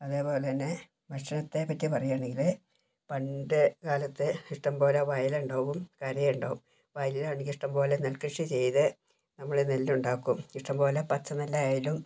അതേപോലെ തന്നെ ഭക്ഷണത്തേ പറ്റി പറയുവാണെങ്കിൽ പണ്ട് കാലത്ത് ഇഷ്ട്ടം പോലെ വയലുണ്ടാകും കരയുണ്ടാക്കും വയലിലാണെങ്കിൽ ഇഷ്ട്ടം പോലെ നെൽകൃഷി ചെയ്ത് നമ്മൾ നെല്ലുണ്ടാക്കും ഇഷ്ട്ടം പോലെ പച്ച നെല്ലായാലും